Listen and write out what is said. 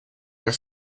and